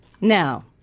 Now